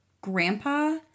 grandpa